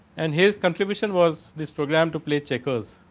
and he is contribution was this program to play checkers.